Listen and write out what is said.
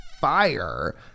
fire